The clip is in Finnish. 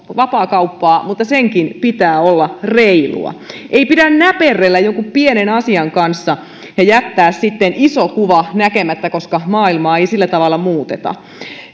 vapaakauppaa mutta senkin pitää olla reilua ei pidä näperrellä jonkun pienen asian kanssa ja jättää sitten iso kuva näkemättä koska maailmaa ei sillä tavalla muuteta